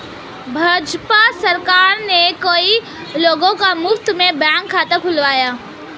भाजपा सरकार ने कई लोगों का मुफ्त में बैंक खाता खुलवाया